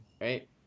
right